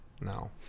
No